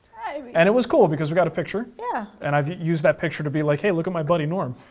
and it was cool because we got a picture, yeah and i've used that picture to be like hey, look at my buddy, norm,